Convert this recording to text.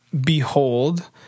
behold